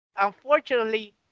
Unfortunately